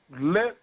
let